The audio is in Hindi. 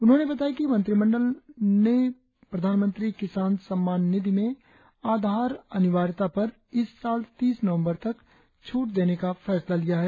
उन्होंने बताया कि मंत्रिमंडल ने प्रधानमंत्री किसान सम्मान निधि में आधार अनिवार्यता पर इस साल तीस नवंबर तक छूट देने का फैसला लिया है